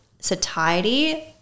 satiety